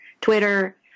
twitter